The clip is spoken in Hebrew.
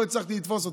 ולא הצלחתי לתפוס אותו.